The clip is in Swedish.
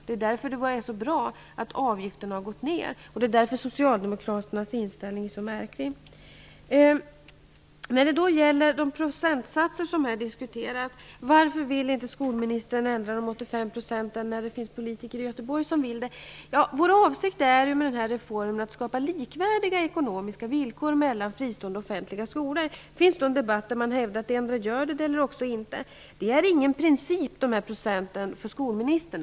Det är därför det är så bra att avgiften har gått ned. Det är därför socialdemokraternas inställning är så märklig. Det har diskuterats procentsatser. Man frågade varför inte skolministern vill ändra bestämmelsen om 85 % när det finns politiker i Göteborg som vill det. Vår avsikt med reformen är ju att skapa likvärdiga ekonomiska villkor mellan fristående och offentliga skolor. Det finns en debatt där man hävdar att det endera råder likvärdiga villkor eller inte. Procentsatsen är ingen princip för skolministern.